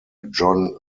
john